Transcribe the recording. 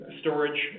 storage